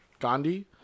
gandhi